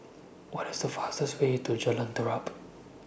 What IS The fastest Way to Jalan Terap